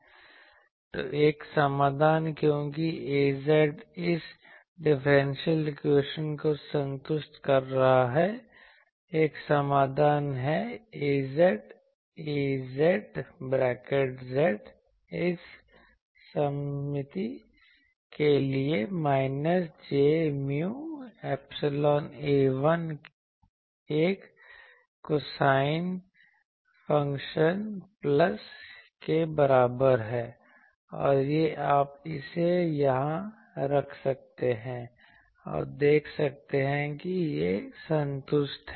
तो एक समाधान क्योंकि Az इस डिफरेंशियल इक्वेशन को संतुष्ट कर रहा है एक समाधान है Az Az इस सममिति के लिए minus j mu epsilon A1 एक कोसाइन फ़ंक्शन प्लस के बराबर है और यह आप इसे यहाँ रख सकते हैं और देख सकते हैं कि यह संतुष्ट है